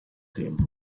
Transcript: tempo